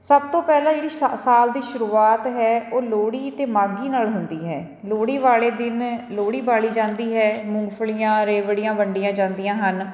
ਸਭ ਤੋਂ ਪਹਿਲਾਂ ਜਿਹੜੀ ਸ਼ ਸਾਲ ਦੀ ਸ਼ੁਰੂਆਤ ਹੈ ਉਹ ਲੋਹੜੀ ਅਤੇ ਮਾਘੀ ਨਾਲ ਹੁੰਦੀ ਹੈ ਲੋਹੜੀ ਵਾਲੇ ਦਿਨ ਲੋਹੜੀ ਬਾਲੀ ਜਾਂਦੀ ਹੈ ਮੂੰਗਫਲੀਆਂ ਰੇਵੜੀਆਂ ਵੰਡੀਆਂ ਜਾਂਦੀਆਂ ਹਨ